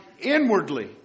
inwardly